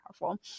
powerful